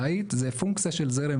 שאו שהם יקומו ונצטרך לבנות רשת חדשה.